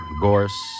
gorse